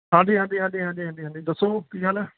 ਹਾਂਜੀ ਹਾਂਜੀ ਹਾਂਜੀ ਹਾਂਜੀ ਹਾਂਜੀ ਹਾਂਜੀ ਦੱਸੋ ਕੀ ਹਾਲ ਹੈ